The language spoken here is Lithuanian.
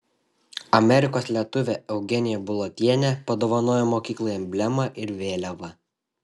amerikos lietuvė eugenija bulotienė padovanojo mokyklai emblemą ir vėliavą